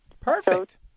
Perfect